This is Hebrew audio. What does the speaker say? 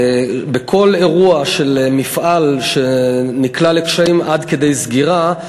בכל אירוע של מפעל שנקלע לקשיים עד כדי סגירה,